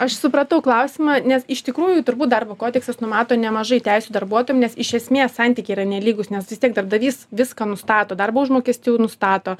aš supratau klausimą nes iš tikrųjų turbūt darbo kodeksas numato nemažai teisių darbuotojam nes iš esmės santykiai yra nelygūs nes vis tiek darbdavys viską nustato darbo užmokestį nustato